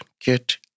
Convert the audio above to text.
get